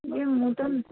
ଇଏ ମୁଁ ତ